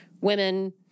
women